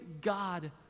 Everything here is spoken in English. God